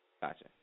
Gotcha